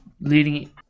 leading